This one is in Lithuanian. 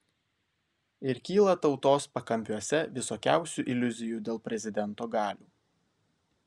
ir kyla tautos pakampiuose visokiausių iliuzijų dėl prezidento galių